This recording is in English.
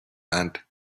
and